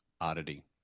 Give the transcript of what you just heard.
oddity